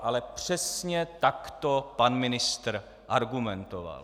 Ale přesně tak to pan ministr argumentoval.